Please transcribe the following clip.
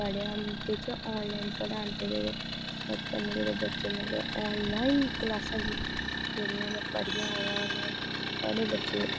online पढ़ांदे ते ओह्दे कन्नै बच्चें ई ऑनलाइन क्लासां मतलब पढ़ियां होन बड़े बच्चे